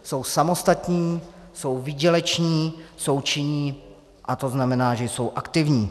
Jsou samostatní, jsou výděleční, jsou činní a to znamená, že jsou aktivní.